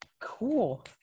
cool